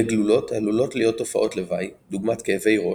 לגלולות עלולות להיות תופעות לוואי דוגמת כאבי ראש,